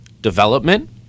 development